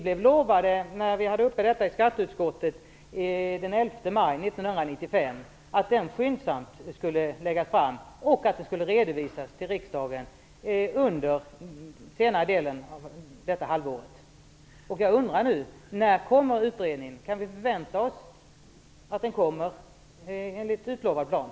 När frågan var uppe i skatteutskottet den 11 maj 1995 blev vi lovade att ett utredningsförslag skyndsamt skulle läggas fram och att det skulle redovisas för riksdagen under den senare delen av året. Jag undrar nu: När kommer utredningen? Kan vi förvänta oss att den kommer enligt den utlovade planen?